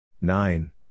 nine